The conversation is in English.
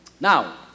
Now